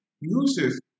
uses